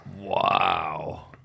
Wow